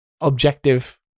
objective